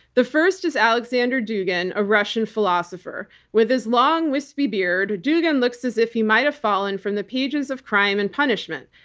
the first is alexander dugin, a russian philosopher. with his long, wispy beard, dugin looks as if he might've fallen from the pages of crime and punishment.